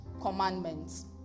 commandments